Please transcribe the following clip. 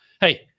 hey